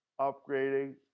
upgrading